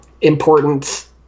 important